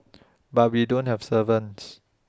but we don't have servants